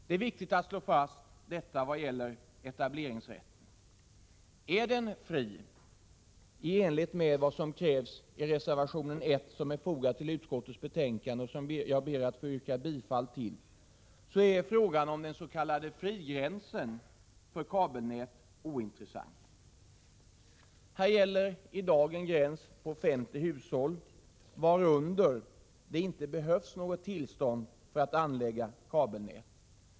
Det är viktigt att detta slås fast när det gäller etableringsrätten. Är den fri i enlighet med vad som krävs i reservation 1, vilken jag ber att få yrka bifall till, så är frågan om den s.k. frigränsen för kabelnät ointressant. I dag gäller en gräns på 50 hushåll, varunder det inte behövs något tillstånd för att anlägga kabelnät.